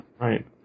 right